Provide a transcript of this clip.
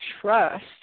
trust